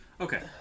Okay